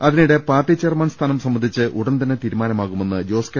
അതിനിടെ party chairman സ്ഥാനം സംബന്ധിച്ച് ഉടൻ തന്നെ തീരുമാനമാകുമെന്ന് ജോസ് കെ